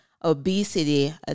obesity